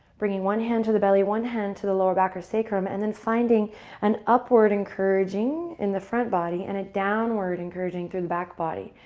bringing one hand to the belly, one hand to the lower back or sacrum and then finding an upward encouraging in the front body and a downward encouraging through the back body.